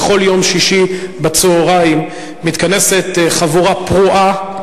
בכל יום שישי בצהריים מתכנסת חבורה פרועה,